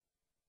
אתי.